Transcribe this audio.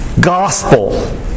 gospel